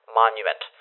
monument